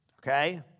Okay